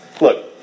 look